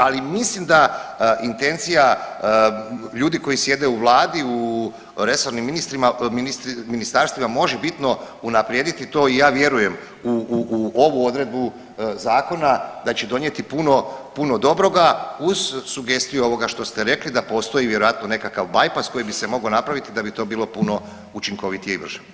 Ali mislim da intencija ljudi koji sjede u vladi u resornim ministarstvima može bitno unaprijediti i ja vjerujem u ovu odredbu zakona da će donijeti puno dobroga uz sugestiju ovoga što ste rekli da postoji vjerojatno nekakav bajpas koji bi se mogao napraviti da bi to bilo puno učinkovitije i brže.